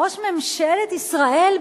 ראש ממשלת ישראל,